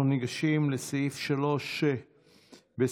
אנחנו ניגשים לסעיף 3 בסדר-היום,